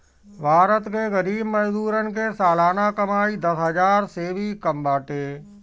भारत के गरीब मजदूरन के सलाना कमाई दस हजार से भी कम बाटे